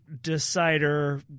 decider